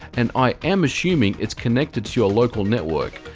and i am assuming it's connected to your local network.